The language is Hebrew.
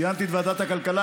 ציינתי את ועדת הכלכלה,